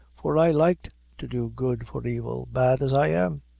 for i like to do good for evil, bad as i am.